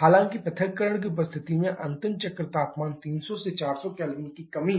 हालांकि पृथक्करण की उपस्थिति में अंतिम चक्र तापमान में 300 से 400 K की कमी